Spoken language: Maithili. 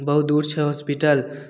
बहुत दूर छै होस्पिटल